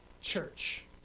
church